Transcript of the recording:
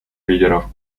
лидеров